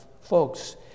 Folks